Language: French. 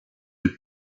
est